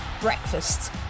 breakfast